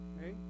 Okay